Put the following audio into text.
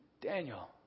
Daniel